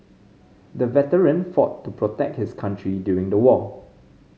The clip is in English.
the veteran fought to protect his country during the war